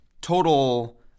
total